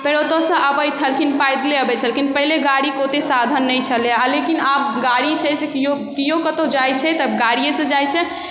फेर ओतऽसँ अबै छलखिन पैदले अबै छलखिन पहले गाड़ीके ओतेक साधन नहि छलै हालाँकि आब गाड़ी छै से केओ केओ कतहु जाइ छै से गाड़िएसँ जाइ छै